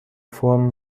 فرم